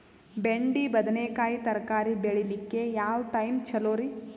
ಬೆಂಡಿ ಬದನೆಕಾಯಿ ತರಕಾರಿ ಬೇಳಿಲಿಕ್ಕೆ ಯಾವ ಟೈಮ್ ಚಲೋರಿ?